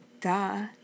Duh